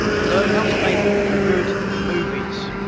learn how to make good movies!